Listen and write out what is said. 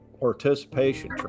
participation